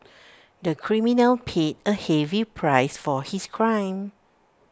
the criminal paid A heavy price for his crime